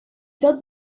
tot